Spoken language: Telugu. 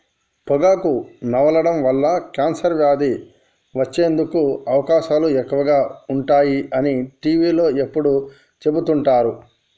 పొగాకు నమలడం వల్ల కాన్సర్ వ్యాధి వచ్చేందుకు అవకాశాలు ఎక్కువగా ఉంటాయి అని టీవీలో ఎప్పుడు చెపుతుంటారు